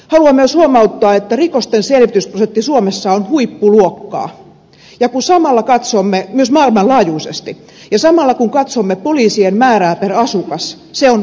haluan myös huomauttaa että rikosten selvitysprosentti suomessa on huippuluokkaa myös maailmanlaajuisesti ja kun samalla katsomme poliisien määrää per asukas se on varsin pieni